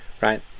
right